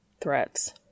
Threats